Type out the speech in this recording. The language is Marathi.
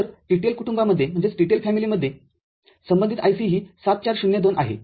तर TTL कुटुंबामध्ये संबंधित IC ही ७४०२ आहे